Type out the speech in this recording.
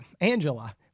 Angela